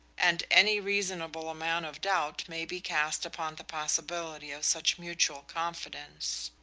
and any reasonable amount of doubt may be cast upon the possibility of such mutual confidence.